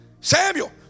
Samuel